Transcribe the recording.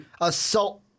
assault